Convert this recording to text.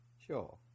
Sure